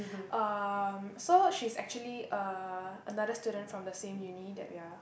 um so she's actually uh another student from the same uni that we are